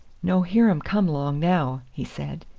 no hear um come long now, he said.